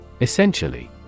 Essentially